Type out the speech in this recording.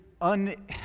un